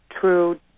true